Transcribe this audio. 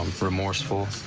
remorseful,